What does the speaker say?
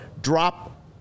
drop